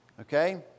okay